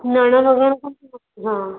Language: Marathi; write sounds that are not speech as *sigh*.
नळ वगैरे पण *unintelligible*